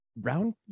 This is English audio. round